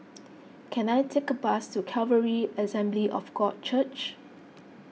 can I take a bus to Calvary Assembly of God Church